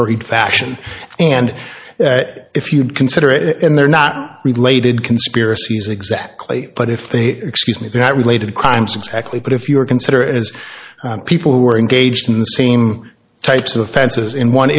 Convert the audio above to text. hurried fashion and if you'd consider it and they're not related conspiracies exactly but if they excuse me they're not related crimes exactly but if you are consider as people who are engaged in the same types of offenses in one